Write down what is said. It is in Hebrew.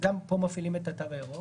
יש מקור הסמכה לתו הירוק בכלל.